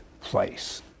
place